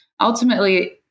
ultimately